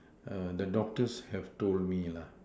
err the doctors have told me lah